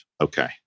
Okay